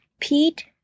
Pete